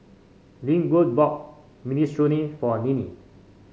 Linwood bought Minestrone for Ninnie